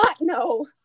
no